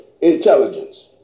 intelligence